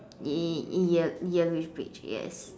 y~ yel~ yellowish bridge yes